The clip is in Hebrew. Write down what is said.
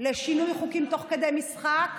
לשינוי חוקים תוך כדי המשחק,